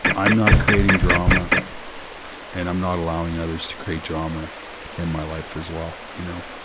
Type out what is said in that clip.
i'm not creating drama and i'm not allowing others to create drama in my life as well, you know?